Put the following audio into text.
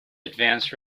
advanced